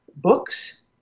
Books